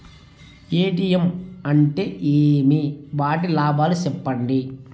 ATM అంటే ఏమి? వాటి లాభాలు సెప్పండి